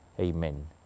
Amen